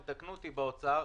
תתקנו אותי באוצר,